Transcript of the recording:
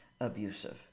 abusive